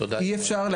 אי אפשר,